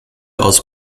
aus